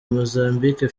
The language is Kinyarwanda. mozambique